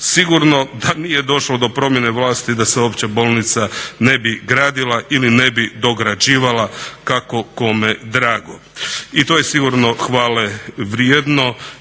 Sigurno da nije došlo do promjene vlasti da se Opća bolnica ne bi gradila ili ne bi dograđivala, kako kome drago. I to je sigurno hvale vrijedno